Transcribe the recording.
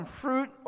fruit